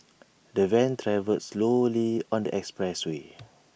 the van travelled slowly on the expressway